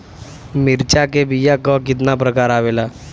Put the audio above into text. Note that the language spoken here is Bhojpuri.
मिर्चा के बीया क कितना प्रकार आवेला?